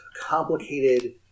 complicated